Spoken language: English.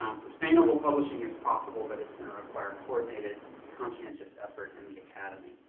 um sustainable posing as possible, but it's going to require coordinated conscientious effort in the academy,